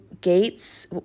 gates